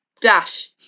dash